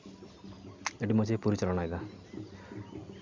ᱟᱹᱰᱤ ᱢᱚᱡᱽ ᱜᱮᱭ ᱯᱚᱨᱤᱪᱟᱞᱚᱱᱟ ᱠᱮᱫᱟ